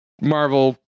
Marvel